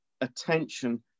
attention